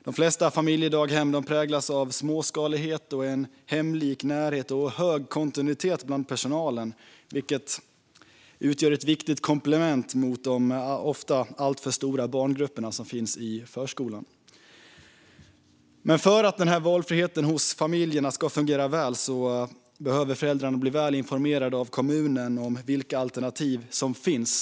De flesta familjedaghem präglas av småskalighet, hemlik närhet och hög kontinuitet bland personalen, vilket utgör ett viktigt komplement till de ofta alltför stora barngrupperna i förskolan. För att familjernas valfrihet ska fungera väl behöver föräldrarna bli väl informerade av kommunen om vilka alternativ som finns.